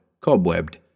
cobwebbed